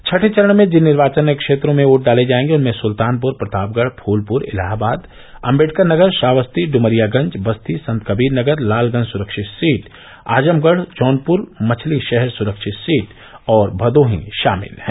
छठे चरण में जिन निर्वाचन क्षेत्रों में वोट डाले जायेंगे उनमें सुल्तानपुर प्रतापगढ़ फूलपुर इलाहाबाद अम्बेडकर नगर श्रावस्ती इमरियागंज बस्ती संतकबीर नगर लालगंज सुरक्षित सीट आज़मगढ़ जौनप्र मछलीशहर सुरक्षित सीट और भदोही शामिल हैं